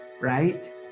right